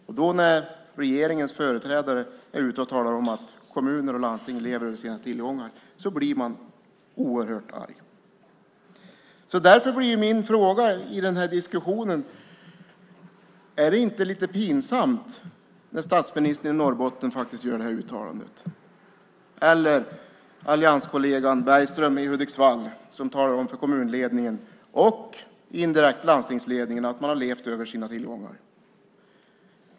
När då regeringens företrädare är ute och talar om att kommuner och landsting lever över sina tillgångar blir man oerhört arg. Därför blir min fråga i den här diskussionen: Är det inte lite pinsamt när statsministern faktiskt gör det här uttalandet i Norrbotten, eller när allianskollegan Bergström i Hudiksvall talar om för kommunledningen och indirekt landstingsledningen att de har levt över sina tillgångar?